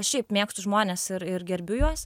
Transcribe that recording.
šiaip mėgstu žmones ir ir gerbiu juos